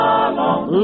alone